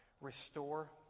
Restore